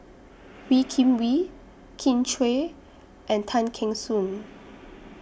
Wee Kim Wee Kin Chui and Tay Kheng Soon